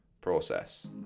process